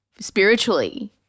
spiritually